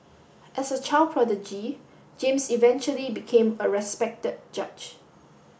as a child prodigy James eventually became a respected judge